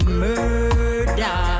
murder